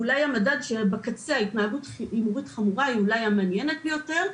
ואולי המדד שבקצה התנהגות הימורים חמורה היא אולי המעניינת ביותר.